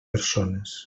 persones